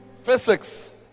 Physics